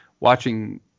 watching